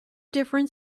different